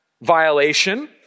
violation